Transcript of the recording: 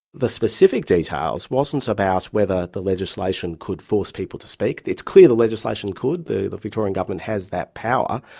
the specific details wasn't about whether the legislation could force people to speak, it's clear the legislation could, the the victorian government has that power,